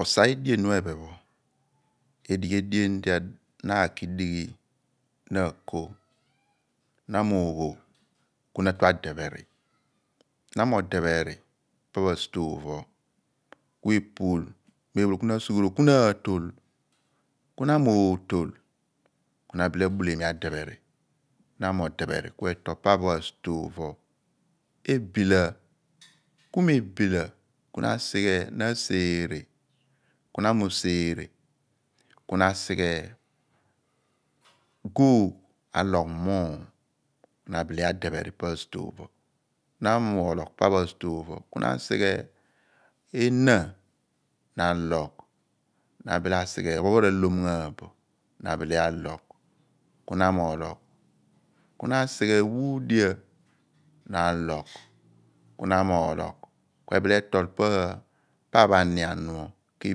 Osa edien pho ephen pho esighi edien di na ka ki dighi ku na ko ku na mo oogho ku na adwpheri sighe anien pho ku na asughuron ku na antol, ku na mootol ku na bulemi adepheri ku na modepheri. Ku etol pa anien pho ebila ku mebila ku na asighe guugh abile alogh muum abile adeepheri ku na asighe ehna alogh pa aguugh pho ku na sighe yoon r'alom ghan bo ku na logh, bile r'aghuudia ku etol pa anian pho ku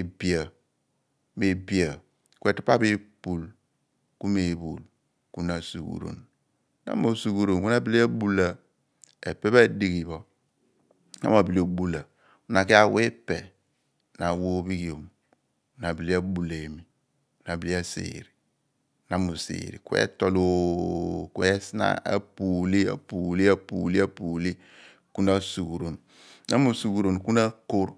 ebia ebam ku mem di meephul ku na asughuron ku na mosughuron ku na aḅile aḅula epe aḍighi pho na ma obula ku na ki awa ipe r'ophighiom ku na ḅile adepheri aseerė ku etol sipho moony ekpu amem ku mem di mephul iboom ku na asughuron ku na mo osughuron ku na akorr